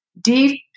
deep